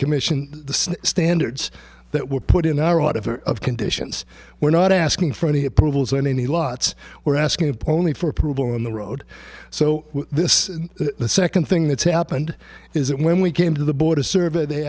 commission the standards that were put in our out of her of conditions we're not asking for any approvals or any lots we're asking of only for approval in the road so this is the second thing that's happened is that when we came to the board a survey they